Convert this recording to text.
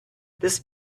this